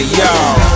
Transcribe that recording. y'all